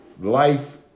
Life